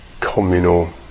communal